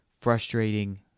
frustrating